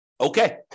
Okay